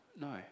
No